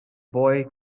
boy